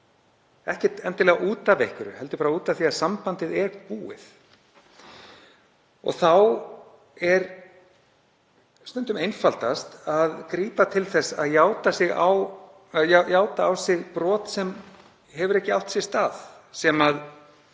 ekki endilega út af einhverju sérstöku heldur bara af því að sambandið er búið. Þá er stundum einfaldast að grípa til þess að játa á sig brot sem hefur ekki átt sér stað, sem